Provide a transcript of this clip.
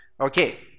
Okay